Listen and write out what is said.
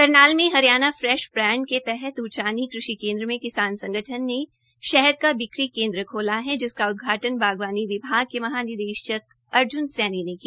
करनाल में Haryana fresh brand के तहत उचानी कृषि केन्द्र में किसान संगठन ने शहद का बिक्री केन्द्र खोला है जिसका उदघाटन् बागवानी विभाग के महानिदेशक अर्ज्न सैनी ने किया